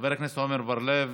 חבר הכנסת עמר בר-לב, איננו,